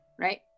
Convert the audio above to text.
right